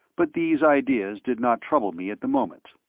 but these ideas did not trouble me at the moment.